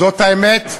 זאת האמת,